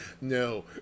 no